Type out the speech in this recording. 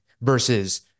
versus